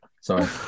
Sorry